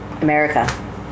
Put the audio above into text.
America